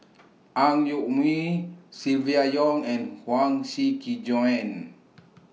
Ang Yoke Mooi Silvia Yong and Huang Shiqi Joan